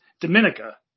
Dominica